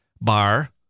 bar